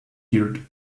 heard